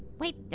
wait,